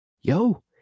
yo